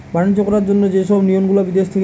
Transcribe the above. বাণিজ্য করার জন্য যে সব নিয়ম গুলা বিদেশি থাকে